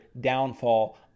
downfall